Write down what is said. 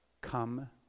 come